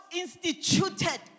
instituted